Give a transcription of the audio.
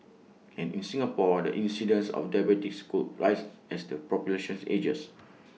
and in Singapore the incidence of diabetes could rise as the population ages